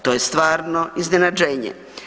To je stvarno iznenađenje.